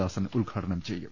ദാസൻ ഉദ്ഘാടനം ചെയ്യും